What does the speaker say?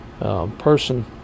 person